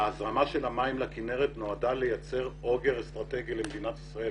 ההזרמה של המים לכינרת נועדה לייצר אוגר אסטרטגי למדינת ישראל.